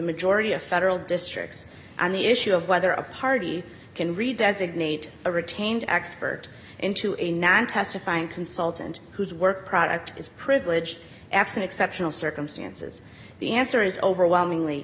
majority of federal districts on the issue of whether a party can read designate a retained expert into a nine testifying consultant whose work product is privilege x in exceptional circumstances the answer is overwhelmingly